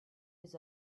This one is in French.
les